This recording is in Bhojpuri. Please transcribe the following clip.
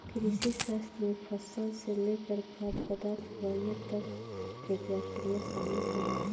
कृषिशास्त्र में फसल से लेकर खाद्य पदार्थ बनले तक कअ प्रक्रिया शामिल होला